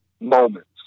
moments